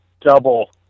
double